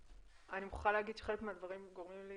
אני מוכרחה להגיד שחלק מהדברים גורמים לי